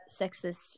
sexist